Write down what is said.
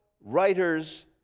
writers